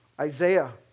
Isaiah